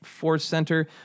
forcecenter